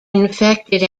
infected